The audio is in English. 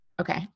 Okay